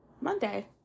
Monday